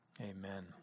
amen